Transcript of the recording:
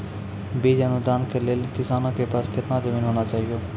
बीज अनुदान के लेल किसानों के पास केतना जमीन होना चहियों?